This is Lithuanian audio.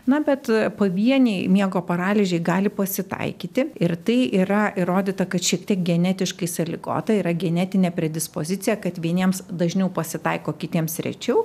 na bet pavieniai miego paralyžiai gali pasitaikyti ir tai yra įrodyta kad šiek tiek genetiškai sąlygota yra genetinė predispozicija kad vieniems dažniau pasitaiko kitiems rečiau